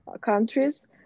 countries